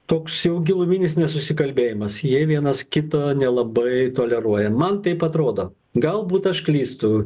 toks jau giluminis nesusikalbėjimas jie vienas kitą nelabai toleruoja man taip atrodo galbūt aš klystu